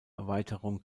erweiterung